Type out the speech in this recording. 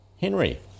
Henry